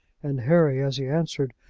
and harry, as he answered,